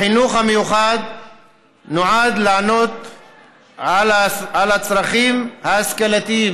החינוך המיוחד נועד לענות על הצרכים ההשכלתיים,